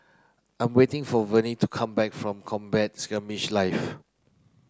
I am waiting for Vennie to come back from Combat Skirmish Live